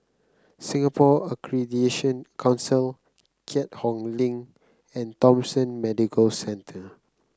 Singapore Accreditation Council Keat Hong Link and Thomson Medical Center